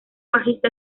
bajista